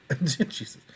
Jesus